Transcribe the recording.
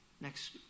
Next